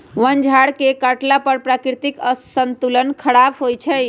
वन झार के काटला पर प्राकृतिक संतुलन ख़राप होइ छइ